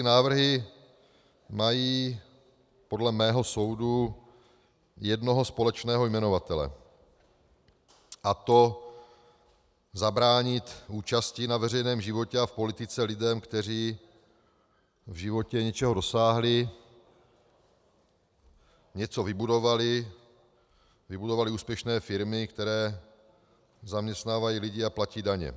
Tyto pozměňovací návrhy mají podle mého soudu jednoho společného jmenovatele, a to zabránit účasti na veřejném životě a politice lidem, kteří v životě něčeho dosáhli, něco vybudovali, vybudovali úspěšné firmy, které zaměstnávají lidi a platí daně.